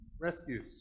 rescues